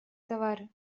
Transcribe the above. товары